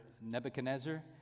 Nebuchadnezzar